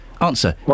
Answer